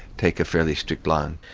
take a fairly strict line.